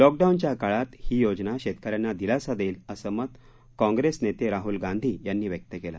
लॉकडाऊनच्या काळात ही योजना शेतकऱ्यांना दिलासा देईल असं मत कॉप्रेस नेते राहूल गांधी यांनी व्यक्त केलं